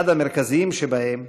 אחד המרכזיים שבהם